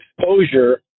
exposure